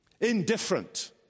indifferent